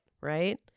right